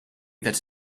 that